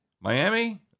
Miami